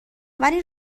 ولی